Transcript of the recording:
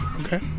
okay